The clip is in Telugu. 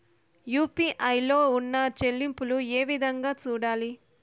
యు.పి.ఐ లో ఉన్న చెల్లింపులు ఏ విధంగా సూడాలి